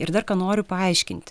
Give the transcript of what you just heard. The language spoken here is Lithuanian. ir dar ką noriu paaiškinti